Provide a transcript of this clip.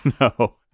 No